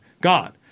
God